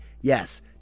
Yes